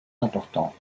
important